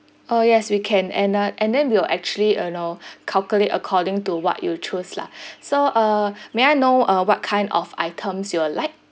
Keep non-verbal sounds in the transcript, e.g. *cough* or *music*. oh yes we can and uh and then we will actually you know *breath* calculate according to what you choose lah *breath* so uh *breath* may I know uh what kind of items you all like